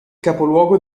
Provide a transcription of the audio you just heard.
capoluogo